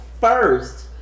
first